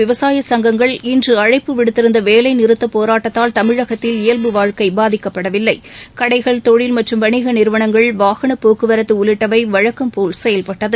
விவசாய சங்கங்கள் இன்று அழைப்பு விடுத்திருந்த வேலை நிறுத்த போராட்டத்தால் தமிழகத்தில் இயல்பு வாழ்க்கை பாதிக்கப்படவில்லை கடைகள் தொழில் மற்றும் வணிக நிறுவனங்கள் வாகன போக்குவரத்து உள்ளிட்டவை வழக்கம்போல் செயல்பட்டது